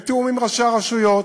בתיאום עם ראשי הרשויות,